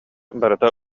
барыта